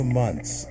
months